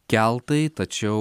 keltai tačiau